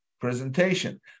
presentation